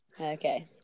okay